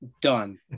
done